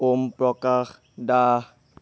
Om Prakash Das